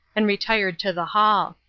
and retired to the hall.